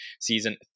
season